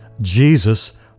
Jesus